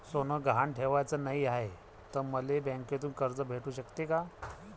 सोनं गहान ठेवाच नाही हाय, त मले बँकेतून कर्ज भेटू शकते का?